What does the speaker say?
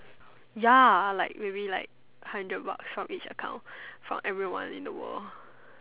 ya like maybe like hundred bucks from each account from everyone in the world